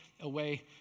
away